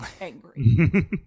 angry